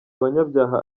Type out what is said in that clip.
abanyabyaha